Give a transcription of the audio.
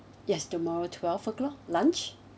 yes tomorrow twelve o'clock lunch